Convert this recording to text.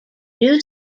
new